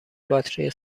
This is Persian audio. باتری